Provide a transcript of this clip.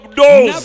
doors